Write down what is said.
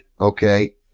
okay